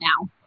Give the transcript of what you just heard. now